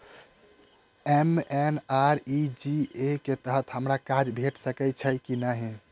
MNREGA कऽ तहत हमरा काज भेट सकय छई की नहि?